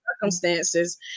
circumstances